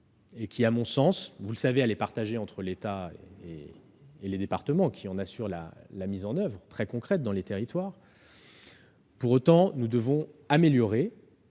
de l'enfance. Comme vous le savez, elle est partagée entre l'État et les départements, qui en assurent la mise en oeuvre très concrète dans les territoires. Nous devons améliorer